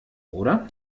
oder